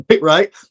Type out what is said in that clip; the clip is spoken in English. right